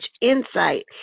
insight